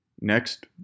Next